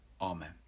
amen